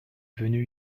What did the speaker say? venu